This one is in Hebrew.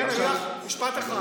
שנייה, משפט אחד.